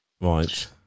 Right